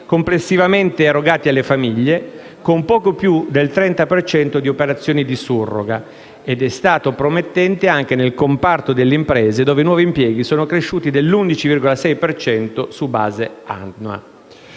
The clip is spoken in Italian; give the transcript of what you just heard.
complessivamente erogati alle famiglie (con poco più del 30 per cento di operazioni di surroga), ed è stato promettente anche nel comparto delle imprese, dove i nuovi impieghi sono cresciuti dell'11,6 per cento su base annua.